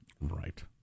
Right